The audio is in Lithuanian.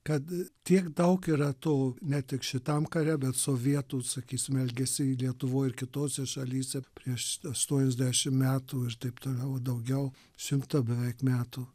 kad tiek daug yra to ne tik šitam kare bet sovietų sakysim elgesį lietuvoj ir kitose šalyse prieš aštuoniasdešimt metų ir taip toliau daugiau šimtą beveik metų